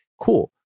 cool